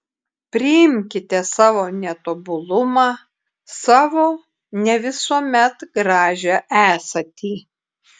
priimkite savo netobulumą savo ne visuomet gražią esatį